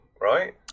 right